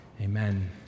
Amen